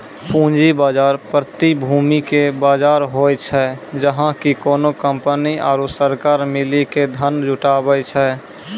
पूंजी बजार, प्रतिभूति के बजार होय छै, जहाँ की कोनो कंपनी आरु सरकार मिली के धन जुटाबै छै